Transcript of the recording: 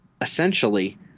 Essentially